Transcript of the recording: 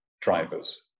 drivers